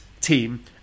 team